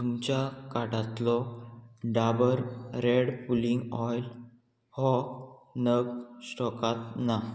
तुमच्या कार्टांतलो Dabur red pulling oil हो नग स्टॉकांत ना